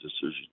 decision